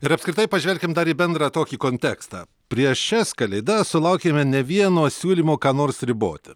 ir apskritai pažvelkim dar į bendrą tokį kontekstą prieš šias kalėdas sulaukėme ne vieno siūlymo ką nors riboti